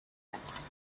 است